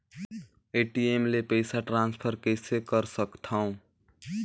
ATM ले पईसा transfer कइसे कर सकथव?